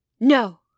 No